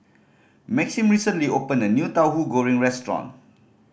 Maxim recently opened a new Tauhu Goreng restaurant